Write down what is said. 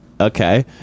Okay